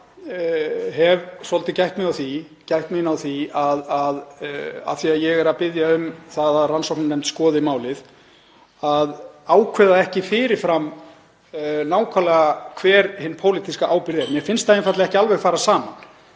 Ég hef svolítið gætt mín á því, af því að ég er að biðja um það að rannsóknarnefnd skoði málið, að ákveða það ekki fyrir fram nákvæmlega hver hin pólitíska ábyrgð er. Mér finnst það einfaldlega ekki fara saman.